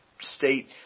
state